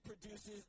produces